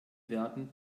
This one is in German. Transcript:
werden